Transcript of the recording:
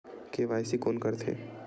KYC कोन करथे?